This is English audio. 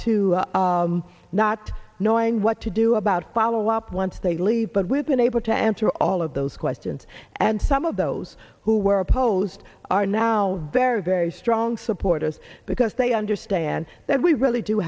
o not knowing what to do about follow up once they leave but we've been able to answer all of those questions and some of those who were opposed are now very very strong supporters because they understand that we really do